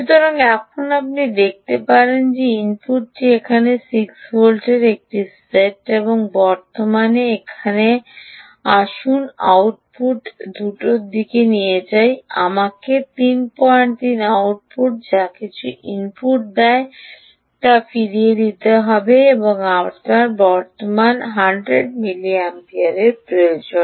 সুতরাং এখন আপনি দেখতে পারেন যে ইনপুটটি এখানে 6 ভোল্টের একটি সেট এবং বর্তমান এখানে সুতরাং আসুন আউট আউটপুট দিক থেকে যাই আমাকে 33 আউটপুটে যা কিছু ইনপুট দেয় তা ফিরে দিতে হবে এবং আমার বর্তমান 100 মিলিমিপিয়ার প্রয়োজন